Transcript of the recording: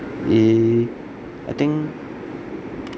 err I think